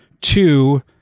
two